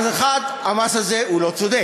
אז, 1. המס הזה הוא לא צודק,